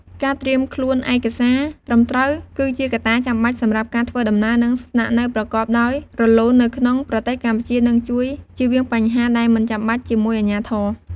ការត្រៀមខ្លួនឯកសារត្រឹមត្រូវ គឺជាកត្តាចាំបាច់សម្រាប់ការធ្វើដំណើរ និងស្នាក់នៅប្រកបដោយរលូននៅក្នុងប្រទេសកម្ពុជានឹងជួយជៀសវាងបញ្ហាដែលមិនចាំបាច់ជាមួយអាជ្ញាធរ។